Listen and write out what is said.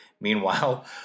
Meanwhile